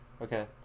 Okay